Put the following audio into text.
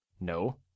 No